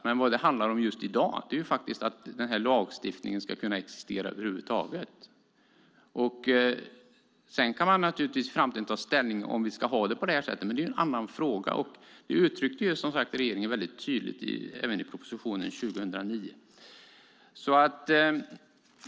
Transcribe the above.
Men vad det handlar om just i dag är att den här lagstiftningen ska kunna existera över huvud taget. Sedan kan vi naturligtvis i framtiden ta ställning till om vi ska ha det på det här sättet, men det är en annan fråga. Och det uttryckte regeringen som sagt väldigt tydligt även i propositionen 2009. Fru talman!